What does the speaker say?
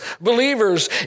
believers